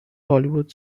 hollywood